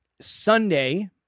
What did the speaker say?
Sunday